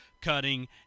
cutting